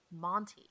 Monty